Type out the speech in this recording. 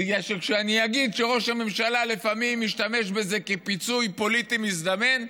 בגלל שכשאני אגיד שראש הממשלה לפעמים משתמש בזה כפיצוי פוליטי מזדמן,